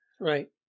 Right